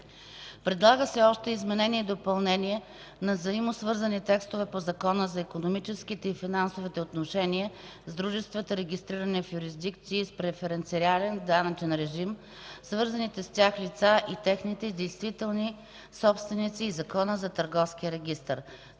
Предлага се още изменение и допълнение на взаимосвързани текстове на Закона за икономическите и финансовите отношения с дружествата, регистрирани в юрисдикции с преференциален данъчен режим, свързаните с тях лица и техните действителни собственици и Закона за търговския регистър.